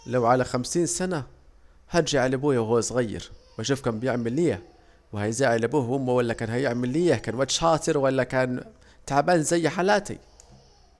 لو على خمسين سنة هرجع لابويا وهو صغير واشوف كان بيعمل ايه كان بيزعل ابوه وامه ولا كان بيعمل ايه كان واد شاطر ولا كان تعبان زي حالاتي